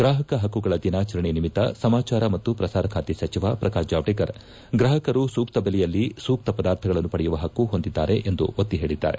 ಗ್ರಾಹಕ ಹಕ್ಕುಗಳ ದಿನಾಚರಣೆ ನಿಮಿತ್ತ ಸಮಾಚಾರ ಮತ್ತು ಪ್ರಸಾರ ಖಾತೆ ಸಚಿವ ಪ್ರಕಾಶ್ ಜಾವಡೇಕರ್ ಗ್ರಾಹಕರು ಸೂಕ್ತ ಬೆಲೆಯಲ್ಲಿ ಸೂಕ್ತ ಪದಾರ್ಥಗಳನ್ನು ಪಡೆಯುವ ಪಕ್ಕು ಹೊಂದಿದ್ದಾರೆ ಎಂದು ಒತ್ತಿ ಹೇಳಿದ್ದಾರೆ